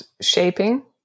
shaping